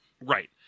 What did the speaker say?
Right